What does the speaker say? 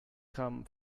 come